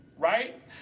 right